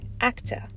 actor